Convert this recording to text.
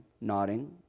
nodding